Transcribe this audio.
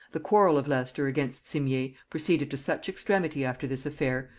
the quarrel of leicester against simier proceeded to such extremity after this affair,